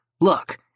Look